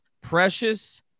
precious